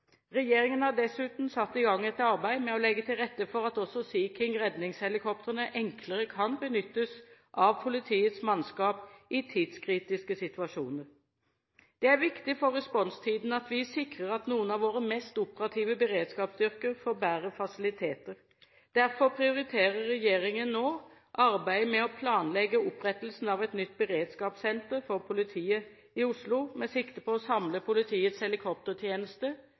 Regjeringen har dessuten satt i gang et arbeid med å legge til rette for at også Sea King-redningshelikoptrene enklere kan benyttes av politiets mannskap i tidskritiske situasjoner. Det er viktig for responstiden at vi sikrer at noen av våre mest operative beredskapsstyrker får bedre fasiliteter. Derfor prioriterer regjeringen nå arbeidet med å planlegge opprettelsen av et nytt beredskapssenter for politiet i Oslo, med sikte på å samle politiets helikoptertjeneste,